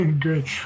great